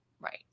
Right